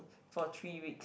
for three weeks